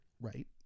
right